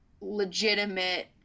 legitimate